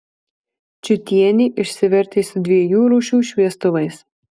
čiutienė išsivertė su dviejų rūšių šviestuvais